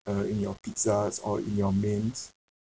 uh in your pizzas or in your mains